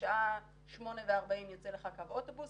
שבשעה 8:40 יוצא לך קו אוטובוס,